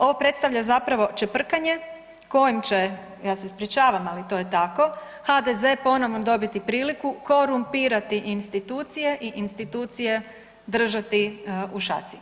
Ovo predstavlja zapravo čeprkanje kojim će, ja se ispričavam ali to je tako, HDZ ponovo dobiti priliku korumpirati institucije i institucije držati u šaci.